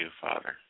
Father